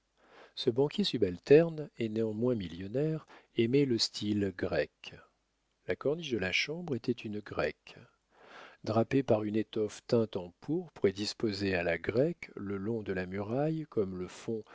ce banquier subalterne et néanmoins millionnaire aimait le style grec la corniche de la chambre était une grecque drapé par une étoffe teinte en pourpre et disposée à la grecque le long de la muraille comme le fond